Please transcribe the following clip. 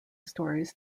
stories